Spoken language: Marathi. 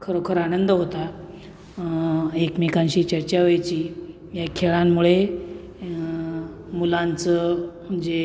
खरोखर आनंद होता एकमेकांशी चर्चा व्हायची या खेळांमुळे मुलांचं जे